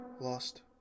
lost